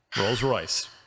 Rolls-Royce